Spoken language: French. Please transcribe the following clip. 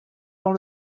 dans